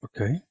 Okay